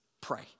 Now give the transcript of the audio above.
pray